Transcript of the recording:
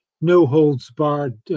no-holds-barred